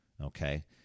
Okay